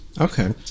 Okay